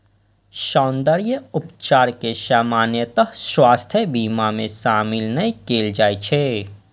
सौंद्रर्य उपचार कें सामान्यतः स्वास्थ्य बीमा मे शामिल नै कैल जाइ छै